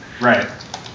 Right